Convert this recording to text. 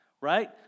right